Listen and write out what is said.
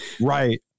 Right